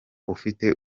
ufite